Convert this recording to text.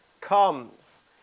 comes